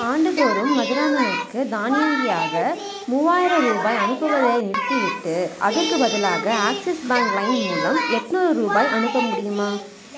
ஆண்டுதோறும் மதுராந்தகனுக்கு தானியங்கியாக மூவாயிரம் ரூபாய் அனுப்புவதை நிறுத்திவிட்டு அதற்குப் பதிலாக ஆக்ஸிஸ் பேங்க் லைம் மூலம் எட்நூறு ரூபாய் அனுப்ப முடியுமா